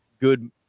good